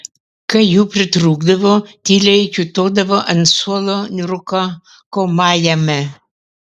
kai jų pritrūkdavo tyliai kiūtodavo ant suolo rūkomajame